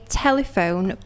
telephone